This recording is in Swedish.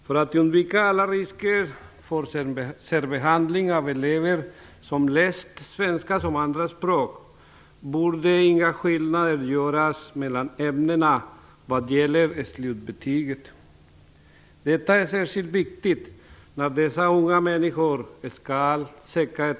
För att undvika alla risker för särbehandling av elever som läst svenska som andraspråk borde inga skillnader göras mellan ämnena vad gäller slutbetyget. Detta är särskilt viktigt när dessa unga människor skall söka arbete.